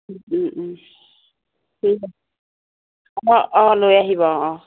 অঁ অঁ লৈ আহিব অঁ